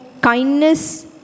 kindness